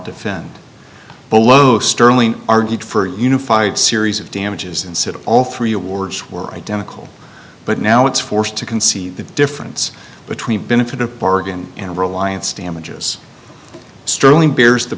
defend the los sterling argued for unified series of damages and said all three awards were identical but now it's forced to concede the difference between benefit of bargain and reliance damages sterling bears the